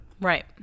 Right